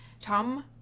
Tom